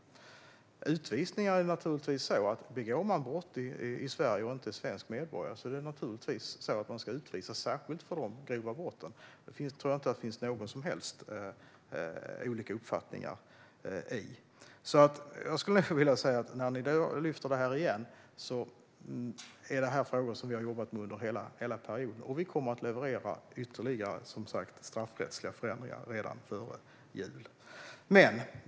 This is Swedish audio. När det gäller utvisningar är det så att om man begår brott i Sverige och inte är svensk medborgare ska man naturligtvis utvisas, särskilt för dessa grova brott. Där tror jag inte att det finns några som helst olika uppfattningar. Eftersom ni tar upp det här igen vill jag säga att det här är frågor som vi har jobbat med under hela mandatperioden, och vi kommer som sagt att leverera ytterligare straffrättsliga förändringar redan före jul.